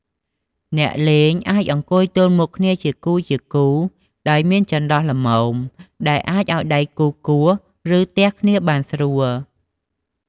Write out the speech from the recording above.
អ្នកលេងអាចអង្គុយទល់មុខគ្នាជាគូៗ ដោយមានចន្លោះល្មមដែលអាចឱ្យដៃគូគោះ ឬទះគ្នាបានស្រួល។